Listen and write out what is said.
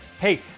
hey